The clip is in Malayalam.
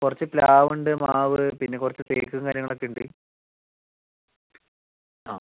കുറച്ച് പ്ലാവുണ്ട് മാവ് പിന്നെ കുറച്ച് തേക്കും കാര്യങ്ങളൊക്കെ ഉണ്ട് ആ